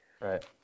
Right